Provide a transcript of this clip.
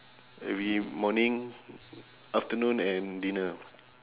every morning afternoon and dinner